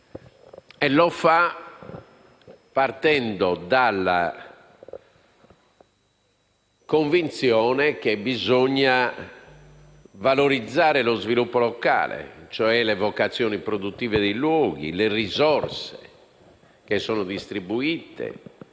inoltre, partendo dalla convinzione che bisogna valorizzare lo sviluppo locale, cioè le vocazioni produttive dei luoghi, le risorse che sono distribuite